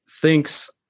thinks